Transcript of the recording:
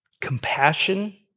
compassion